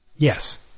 Yes